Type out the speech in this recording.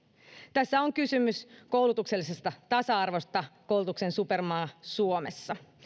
tässä on kysymys koulutuksellisesta tasa arvosta koulutuksen supermaa suomessa